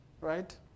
right